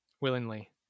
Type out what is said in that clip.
willingly